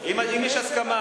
יש אנשים, אם יש הסכמה.